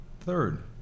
Third